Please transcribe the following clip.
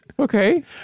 Okay